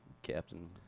Captain